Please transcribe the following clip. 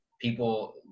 people